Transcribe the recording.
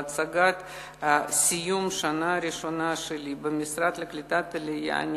בהצגת סיום השנה הראשונה שלי במשרד לקליטת העלייה אני